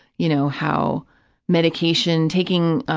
you know, how medication, taking,